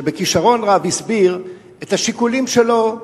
שבכשרון רב הסביר את השיקולים שלו.